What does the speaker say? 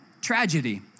tragedy